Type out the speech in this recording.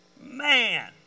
Man